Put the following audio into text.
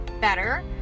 better